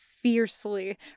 fiercely